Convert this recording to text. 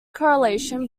correlation